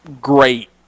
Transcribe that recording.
great